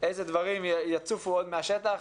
איזה דברים יצופו מהשטח,